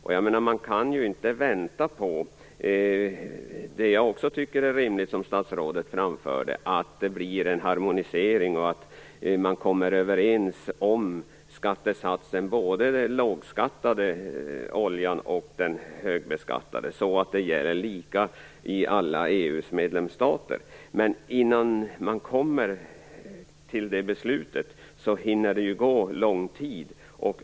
Man kan ju inte vänta på det som statsrådet framförde, och som jag också tycker är rimligt, alltså att det blir en harmonisering och att man kommer överens om skattesatsen för både den lågbeskattade och den högbeskattade oljan så att det blir lika i alla EU:s medlemsstater. Innan man kommer fram till det beslutet, hinner det ju gå lång tid.